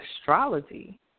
astrology